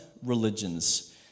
religions